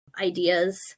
ideas